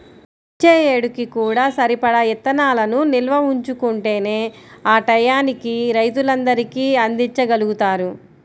వచ్చే ఏడుకి కూడా సరిపడా ఇత్తనాలను నిల్వ ఉంచుకుంటేనే ఆ టైయ్యానికి రైతులందరికీ అందిచ్చగలుగుతారు